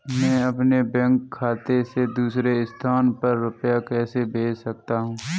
मैं अपने बैंक खाते से दूसरे स्थान पर रुपए कैसे भेज सकता हूँ?